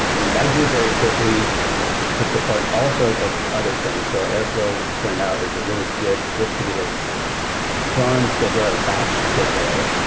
and and grew very quickly to support all sort of other things. so airflow turned out as a really good distributed kind of cron scheduler, a batch scheduler.